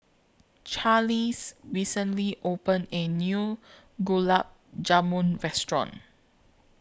Charlize recently opened A New Gulab Jamun Restaurant